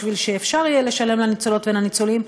בשביל שיהיה אפשר לשלם לניצולות ולניצולים.